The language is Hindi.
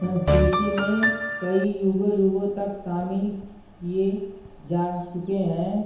सँस्कृति में कई युगों युगों तक शामिल किए जा चुके हैं